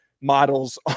models